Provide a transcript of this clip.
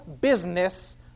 business